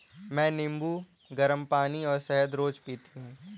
मैं नींबू, गरम पानी और शहद रोज पीती हूँ